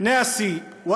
ברצוני לפנות למשפחתי,